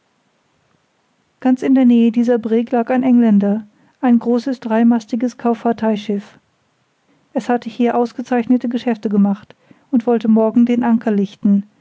ganz in der nähe dieser brigg lag ein engländer ein großes dreimastiges kauffahrteischiff es hatte hier ausgezeichnete geschäfte gemacht und wollte morgen den anker lichten